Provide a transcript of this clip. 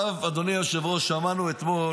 עכשיו, אדוני היושב-ראש, שמענו אתמול